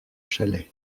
chalets